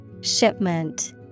Shipment